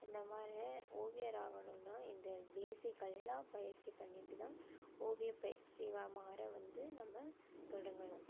இந்த மாதிரி ஓவியர் ஆகணும்னா இந்த பேசிக்கெல்லாம் பயிற்சி பண்ணிட்டு தான் ஓவியப் பயிற்சியரா மாற வந்து நம்ம தொடங்கணும்